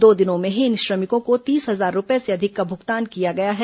दो दिनों में ही इन श्रमिकों को तीस हजार रूपये से अधिक का भूगतान किया गया है